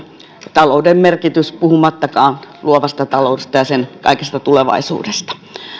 talouden merkitys puhumattakaan luovasta taloudesta ja sen kaikesta tulevaisuudesta